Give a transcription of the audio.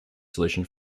solution